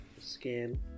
skin